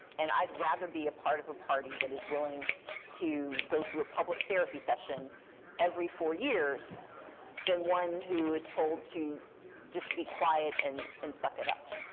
and i'd rather be a part of a party that is willing to go through a public therapy session every four years than one who is told to just be quiet and and suck it up.